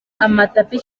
amatapi